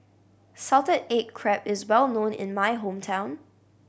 salted egg crab is well known in my hometown